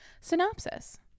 Synopsis